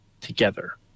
together